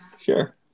Sure